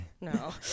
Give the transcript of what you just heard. No